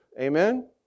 Amen